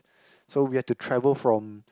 so we had to travel from